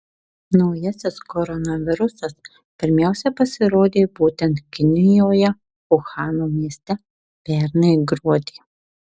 naujasis koronavirusas pirmiausia pasirodė būtent kinijoje uhano mieste pernai gruodį